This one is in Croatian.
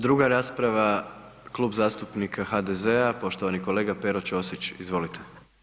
Druga rasprava, Klub zastupnika HDZ-a, poštovani kolega Pero Ćosić, izvolite.